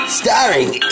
starring